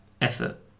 effort